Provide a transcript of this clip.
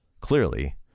clearly